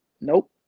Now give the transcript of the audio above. nope